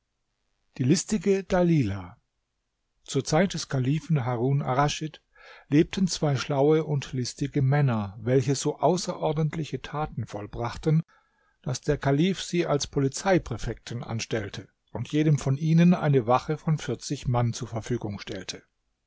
die listige dalilah zur zeit des kalifen harun arraschid lebten zwei schlaue und listige männer welche so außerordentliche taten vollbrachten daß der kalif sie als polizeipräfekten anstellte und jedem von ihnen eine wache von vierzig mann zur verfügung stellte